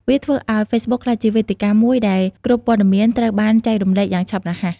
វាធ្វើឱ្យហ្វេសប៊ុកក្លាយជាវេទិកាមួយដែលគ្រប់ព័ត៌មានត្រូវបានចែករំលែកយ៉ាងឆាប់រហ័ស។